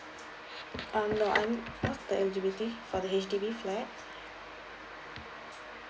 um no I need to know the eligibility for the H_D_B flat